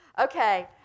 Okay